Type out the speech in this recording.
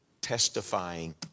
testifying